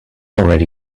already